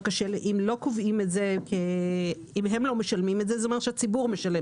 אבל אם הם לא משלמים את זה זה אומר שהציבור משלם.